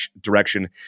direction